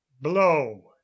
Blow